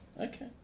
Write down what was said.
Okay